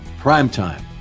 primetime